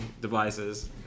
devices